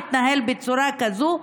שמתנהל בצורה כזו,